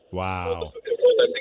wow